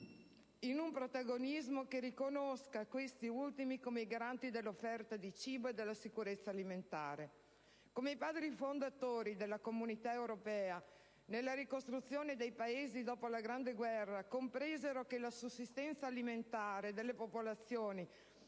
in un protagonismo che riconosca questi ultimi come i garantì dell'offerta di cibo e della sicurezza alimentare. Come i padri fondatori della Comunità europea nella ricostruzione dei Paesi dopo la grande guerra compresero che la sussistenza alimentare delle popolazioni